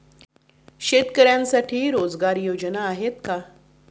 शेतकऱ्यांसाठी रोजगार योजना आहेत का?